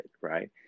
right